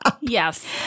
Yes